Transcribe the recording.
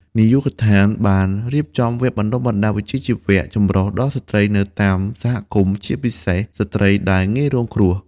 នាយកដ្ឋានបាន រៀបចំវគ្គបណ្តុះបណ្តាលវិជ្ជាជីវៈចម្រុះដល់ស្ត្រីនៅតាមសហគមន៍ ជាពិសេសស្ត្រីដែលងាយរងគ្រោះ។